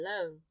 alone